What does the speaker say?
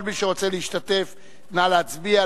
נא להצביע,